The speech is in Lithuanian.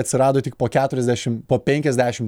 atsirado tik po keturiasdešim po penkiasdešim